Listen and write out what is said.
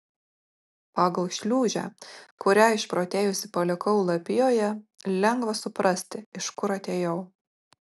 pagal šliūžę kurią išprotėjusi palikau lapijoje lengva suprasti iš kur atėjau